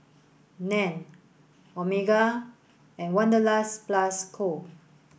Nan Omega and Wanderlust Plus Co